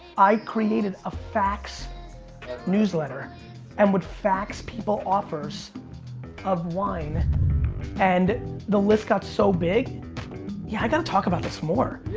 i created a fax newsletter and would fax people offers of wine and the list got so big. yeah, i got to talk about this more.